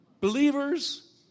Believers